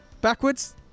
Backwards